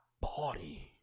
body